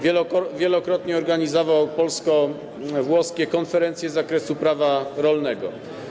Wielokrotnie organizował polsko-włoskie konferencje z zakresu prawa rolnego.